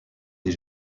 des